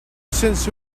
since